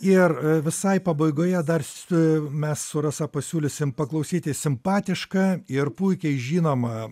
ir i visai pabaigoje dar s mes su rasa pasiūlysim paklausyti simpatišką ir puikiai žinomą